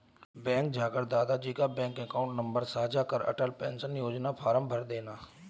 bank जाकर दादा जी का बैंक अकाउंट नंबर साझा कर अटल पेंशन योजना फॉर्म भरदेना